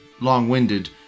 long-winded